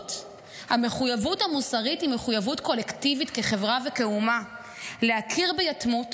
המחויבות המוסרית היא מחויבות קולקטיבית כחברה וכאומה להכיר ביתמות